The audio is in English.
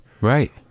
Right